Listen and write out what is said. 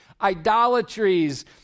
idolatries